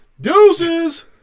Deuces